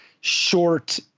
short